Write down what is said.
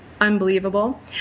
unbelievable